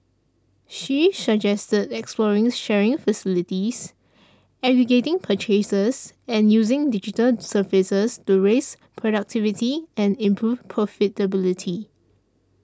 she suggested exploring sharing facilities aggregating purchases and using digital services to raise productivity and improve profitability